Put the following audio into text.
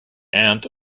aunt